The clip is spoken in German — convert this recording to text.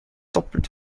doppelt